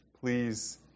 please